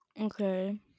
Okay